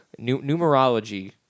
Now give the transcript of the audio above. numerology